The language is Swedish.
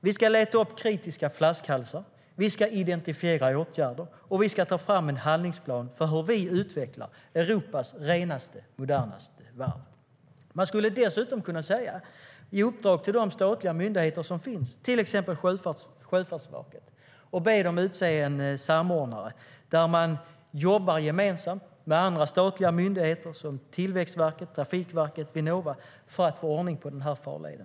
Vi ska leta upp kritiska flaskhalsar, vi ska identifiera åtgärder och vi ska ta fram en handlingsplan för hur vi utvecklar Europas renaste och modernaste varv. Man skulle dessutom kunna säga: Ge ett uppdrag till de statliga myndigheter som finns, till exempel Sjöfartsverket, och be dem utse en samordnare som jobbar gemensamt med andra statliga myndigheter som Tillväxtverket, Trafikverket och Vinnova för att få ordning på denna farled.